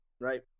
right